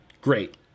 great